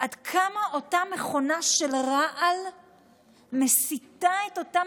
עד כמה אותה מכונה של רעל מסיתה את אותם